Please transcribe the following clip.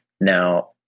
Now